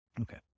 Okay